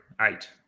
Eight